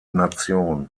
nation